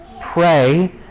pray